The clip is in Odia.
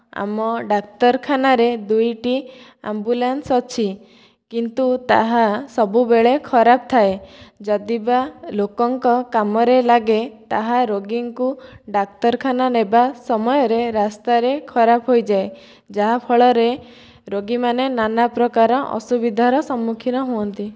ଆମ ଡାକ୍ତରଖାନାରେ ଦୁଇଟି ଆମ୍ବୁଲାନ୍ସ ଅଛି କିନ୍ତୁ ତାହା ସବୁବେଳେ ଖରାପ ଥାଏ ଯଦିବା ଲୋକଙ୍କ କାମରେ ଲାଗେ ତାହା ରୋଗୀଙ୍କୁ ଡାକ୍ତରଖାନା ନେବା ସମୟରେ ରାସ୍ତାରେ ଖରାପ ହୋଇଯାଏ ଯାହା ଫଳରେ ରୋଗୀମାନେ ନାନାପ୍ରକାର ଅସୁବିଧାର ସମ୍ମୁଖୀନ ହୁଅନ୍ତି